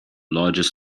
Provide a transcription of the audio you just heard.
largest